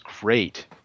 great